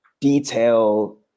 detail